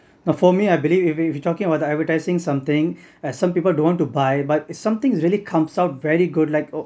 now for me I believe if if you're talking about advertising something uh some people don't want to buy but if something really comes out very good like